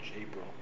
April